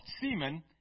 seamen